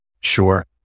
Sure